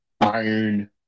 Iron